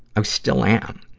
um still am.